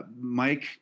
Mike